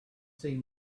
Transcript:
see